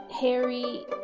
Harry